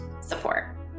support